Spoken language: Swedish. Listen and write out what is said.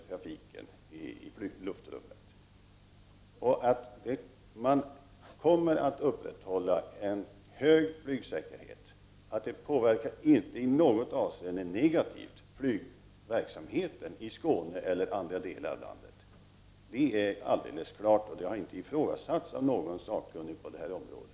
Trafiken i luftrummet ökar och man kommer att upprätthålla en hög flygsäkerhet, och det påverkar inte i något avseende negativt flygverksamheten i Skåne eller andra delar av landet. Det är alldeles klart, och det har inte ifrågasatts av någon sakkunnig på det här området.